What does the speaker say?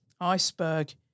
iceberg